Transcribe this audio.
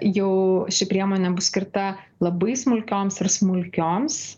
jau ši priemonė bus skirta labai smulkioms ir smulkioms